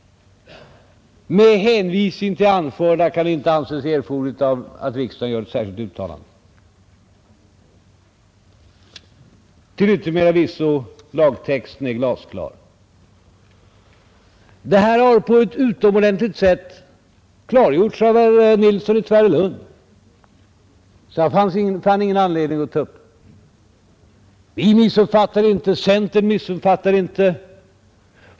Med hänvisning till det anförda kan det inte anses erforderligt med något särskilt uttalande från riksdagens sida i anledning av de förevarande motionsyrkandena.” Till yttermera visso: Lagtexten är glasklar. Detta har på ett utomordentligt sätt klargjorts av herr Nilsson i Tvärålund, och jag fann ingen anledning att ta upp den frågan. Vi missuppfattar inte, centern missuppfattar inte.